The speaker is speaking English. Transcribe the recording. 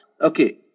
Okay